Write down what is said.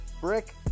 Brick